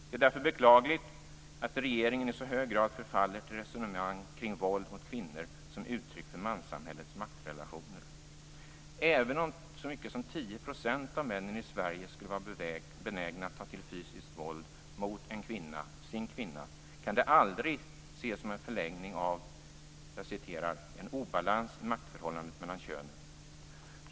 Det är därför beklagligt att regeringen i så hög grad förfaller till resonemang kring våld mot kvinnor som uttryck för manssamhällets maktrelationer. Även om så mycket som 10 % av männen i Sverige skulle vara benägna att ta till fysiskt våld mot sin kvinna, kan det aldrig ses som en förlängning av en "obalans i maktförhållandet mellan könen".